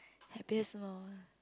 happiest mo~